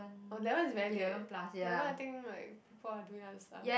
oh that one is very late the one I think like people are doing our stuff